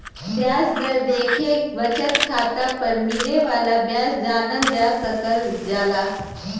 ब्याज दर देखके बचत खाता पर मिले वाला ब्याज जानल जा सकल जाला